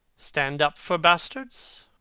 stand up for bastards!